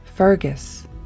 Fergus